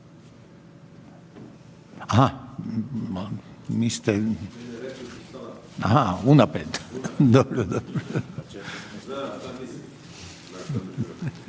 Hvala